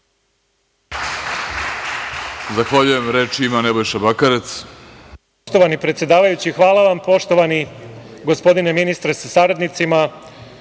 Zahvaljujem. Reč ima Nebojša Bakarec.